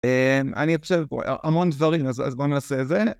אני חושב המון דברים אז בוא נעשה את זה.